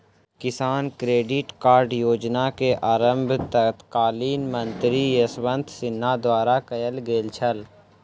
किसान credit card योजना के आरम्भ तत्कालीन मंत्री यशवंत सिन्हा द्वारा कयल गेल छल